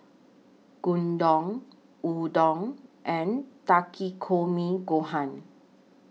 Gyudon Udon and Takikomi Gohan